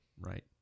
Right